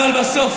אבל בסוף,